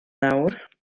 nawr